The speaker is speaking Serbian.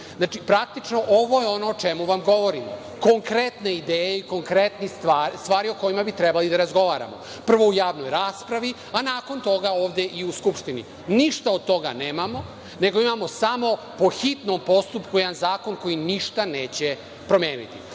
Znači, praktično ovo je ono o čemu vam govorimo, konkretne ideje i konkretne stvari o kojima bi trebali da razgovaramo, prvo, u javnoj raspravi, a nakon toga ovde u Skupštini. Ništa od toga nemamo, nego imamo samo po hitnom postupku jedan zakon koji ništa neće promeniti. Toliko